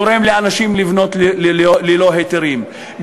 גורם לאנשים לבנות ללא היתרים,